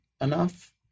enough